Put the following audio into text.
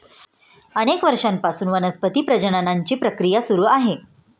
अनेक वर्षांपासून वनस्पती प्रजननाची प्रक्रिया सुरू आहे